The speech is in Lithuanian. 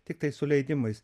tiktai su leidimais